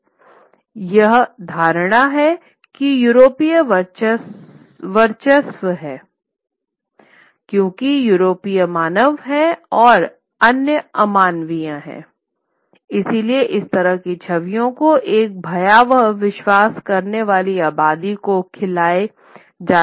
तो यह धारणा है कि यूरोपीय सर्वोच्च हैं क्योंकि यूरोपीय मानव हैं और अन्य अमानवीय हैं इसलिए इस तरह की छवियों को एक भयावह विश्वास करने वाली आबादी को खिलाएं जाना आसान है